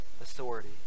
authority